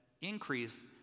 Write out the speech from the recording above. increase